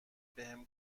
بهم